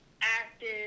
active